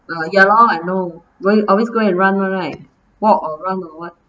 ya lor I know where you always go and run [one] right walk or run or what